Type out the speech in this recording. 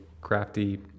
crafty